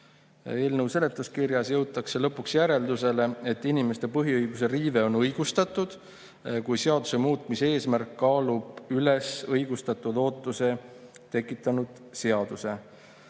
Eelnõu seletuskirjas jõutakse lõpuks järeldusele, et inimeste põhiõiguse riive on õigustatud, kui seaduse muutmise eesmärk kaalub üles õigustatud ootuse tekitanud seaduse.